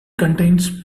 contains